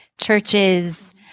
churches